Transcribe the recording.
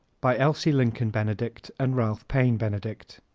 by elsie lincoln benedict and ralph paine benedict